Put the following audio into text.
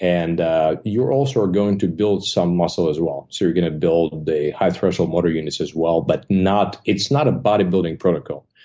and ah you also are going to build some muscle as well. so you're gonna build the high threshold motor units as well, but not it's not a bodybuilding protocol.